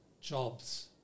jobs